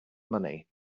money